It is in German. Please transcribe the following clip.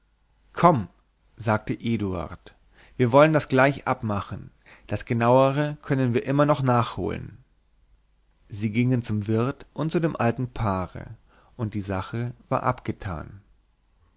komm sagte eduard wir wollen das gleich abmachen das genauere können wir immer noch nachholen sie gingen zum wirt und zu dem alten paare und die sache war abgetan